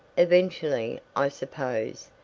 eventually, i suppose,